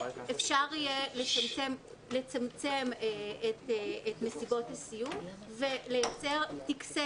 אפשר יהיה לצמצם את מסיבות הסיום ולייצר טקסי